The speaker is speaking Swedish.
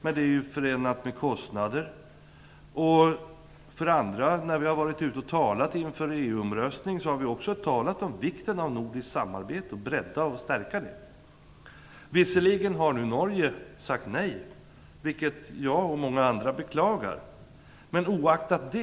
Men för det första är de förenade med kostnader. För det andra har vi, när vi har varit ute och talat inför EU omröstningen, också talat om vikten av att bredda och stärka det nordiska samarbetet. Visserligen har Norge nu sagt nej, vilket jag och många andra beklagar. Det oaktat